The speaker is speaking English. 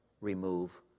remove